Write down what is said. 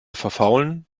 verfaulen